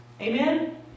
Amen